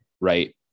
right